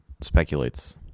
speculates